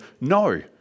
no